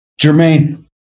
Jermaine